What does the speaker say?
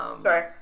Sorry